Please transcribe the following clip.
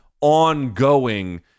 ongoing